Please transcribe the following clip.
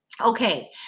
Okay